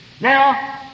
Now